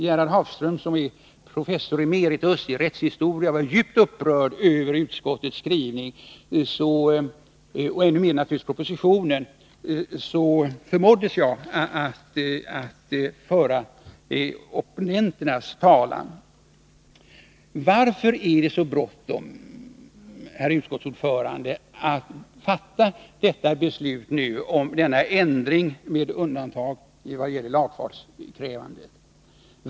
Gerhard Hafström, som är professor emeritus i rättshistoria, var djupt upprörd över utskottets skrivning och ännu mera över propositionens. I det läget förmåddes jag att föra opponenternas talan. Varför är det så bråttom, herr utskottsordförande, att fatta beslut om undantag från lagfartskravet?